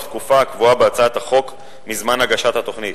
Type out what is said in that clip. תקופה הקבועה בהצעת החוק מזמן הגשת התוכנית,